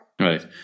Right